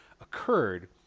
occurred